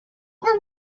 were